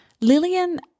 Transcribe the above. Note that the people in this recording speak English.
Lillian